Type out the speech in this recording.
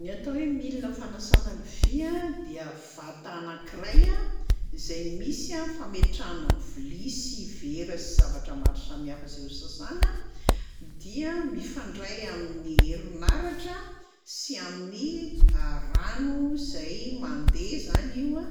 Ny atao hoe milina fanasana lovia dia vata anankiray a zay misy a fametrahana vilia sy vera sy zavatra maro samihafa zay ho sasana, dia mifandray amin'ny herinaratra sy amin'ny rano zay mandeha zany io,